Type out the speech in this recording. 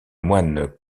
moines